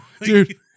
dude